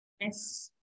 Yes